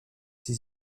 ses